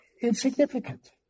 insignificant